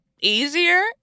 easier